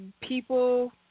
people